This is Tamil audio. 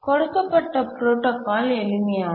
கொடுக்கப்பட்ட புரோடாகால் எளிமையானது